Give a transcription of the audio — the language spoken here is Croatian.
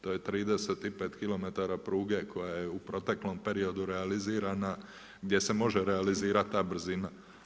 To je 35 km pruge koja je u proteklom periodu realizirana, gdje se može realizirat ta brzina.